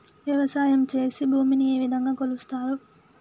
వ్యవసాయం చేసి భూమిని ఏ విధంగా కొలుస్తారు?